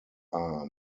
are